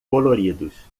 coloridos